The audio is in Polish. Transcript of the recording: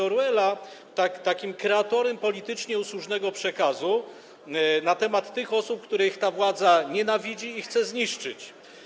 Orwella kreatorem politycznie usłużnego przekazu na temat osób, których ta władza nienawidzi i chce zniszczyć.